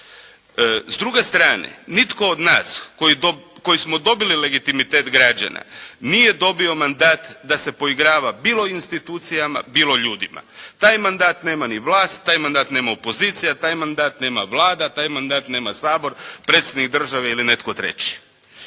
S druge strane, nitko od nas koji smo dobili legitimitet građana nije dobio mandat da se poigrava bilo institucijama, bilo ljudima. Taj mandat nema ni vlast, taj mandat nema opozicija, taj mandat nema Vlada, taj mandat nema Sabor, predsjednik države ili netko treći.